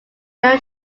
bell